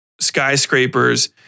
skyscrapers